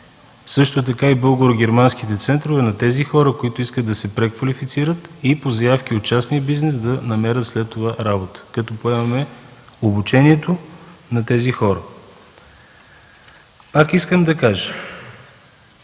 също така и българо-германските центрове, на хора, които искат да се преквалифицират и по заявки от частния бизнес да намерят след това работа, като поемаме обучението на тези хора. Пак искам да кажа: